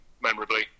memorably